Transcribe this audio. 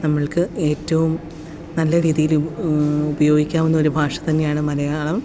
നമ്മള്ക്ക് ഏറ്റവും നല്ല രീതിയില് ഉപയോഗിക്കാവുന്ന ഒരു ഭാഷ തന്നെയാണ് മലയാളം